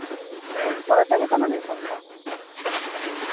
ᱚᱠᱟᱨᱮ ᱥᱮᱱᱟᱠᱟᱱᱟ ᱱᱤᱭᱟᱹ ᱯᱷᱳᱱ ᱫᱚ